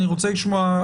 אני רוצה לשמוע,